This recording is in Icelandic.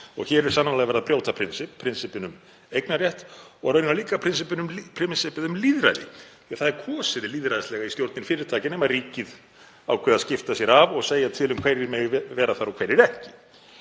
Hér er sannarlega verið að brjóta prinsipp, prinsipp um eignarrétt og raunar líka prinsipp um lýðræði. Það er kosið lýðræðislega í stjórnir fyrirtækja nema ríkið ákveði að skipta sér af og segja til um hverjir megi vera þar og hverjir ekki.